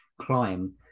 climb